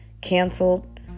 canceled